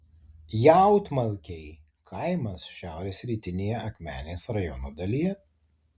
jautmalkiai kaimas šiaurės rytinėje akmenės rajono dalyje